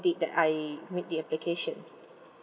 date that I make the application